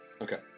Okay